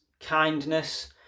kindness